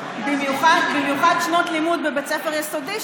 במיוחד שנות לימוד בבית ספר יסודי,